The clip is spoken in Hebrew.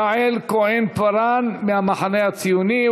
יעל כהן-פארן מהמחנה הציוני,